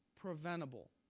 preventable